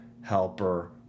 helper